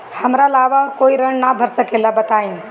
हमरा अलावा और कोई ऋण ना भर सकेला बताई?